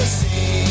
see